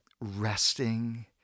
resting